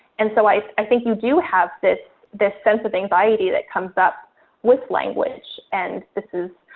and so i i think you do have this, this sense of anxiety that comes up with language. and this is,